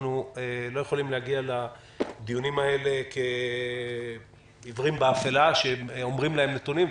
אנחנו לא יכולים להגיע לדיונים האלה כעיוורים באפלה שאומרים להם נתונים,